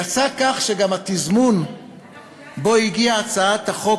יצא כך שגם התזמון שבו הגיעה הצעת החוק